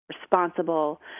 responsible